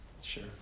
Sure